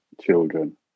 children